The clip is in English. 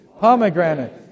pomegranate